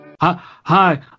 Hi